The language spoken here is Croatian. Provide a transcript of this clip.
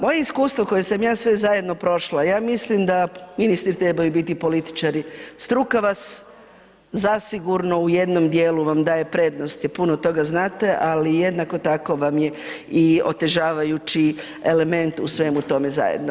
Moje iskustvo, koje sam ja sve zajedno prošla, ja mislim da ministri trebaju biti političari, struka vas zasigurno u jednom dijelu, vam daje prednost, jer puno toga znate, ali jednako tako, vam je i otežavajući element u svemu tome zajedno.